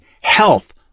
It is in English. health